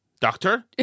doctor